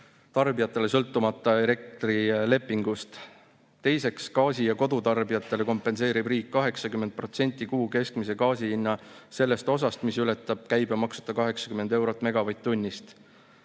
elektritarbijatele sõltumata elektrilepingust. Teiseks, gaasi kodutarbijatele kompenseerib riik 80% kuu keskmise gaasihinna sellest osast, mis ületab käibemaksuta 80 eurot megavatt-tunni